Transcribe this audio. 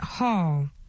hall